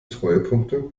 treuepunkte